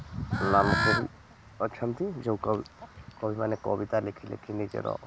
ନାମ କବି ଅଛନ୍ତି ଯେଉଁ କବି କବିମାନେ କବିତା ଲେଖିଲେଖି ନିଜର